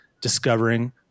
discovering